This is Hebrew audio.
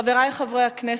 חברי חברי הכנסת,